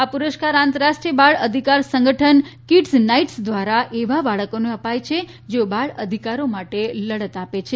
આ પુરસ્કાર આંતરરાષ્ટ્રીય બાળ અધિકાર સંગઠન કિડ્સ નાઇટ્સ દ્વારા એવા બાળકોને અપાય છે જેઓ બાળ અધિકારો માટે લડત આપે છે